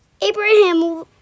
Abraham